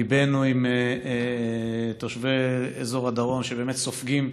ליבנו עם תושבי אזור הדרום, שבאמת סופגים.